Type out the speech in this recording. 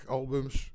albums